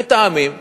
מתאמים,